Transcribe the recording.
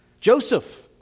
Joseph